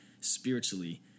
spiritually